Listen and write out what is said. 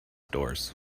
doors